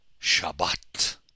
Shabbat